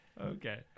Okay